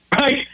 right